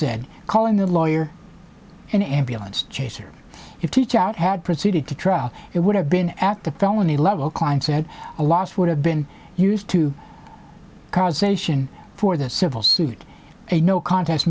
said calling the lawyer an ambulance chaser if teach out had proceeded to trial it would have been at the felony level klein said a loss would have been used to causation for the civil suit a no contest